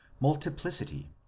multiplicity